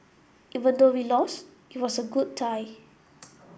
even though we lost it was a good tie